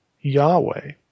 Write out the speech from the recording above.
Yahweh